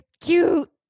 cute